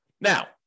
Now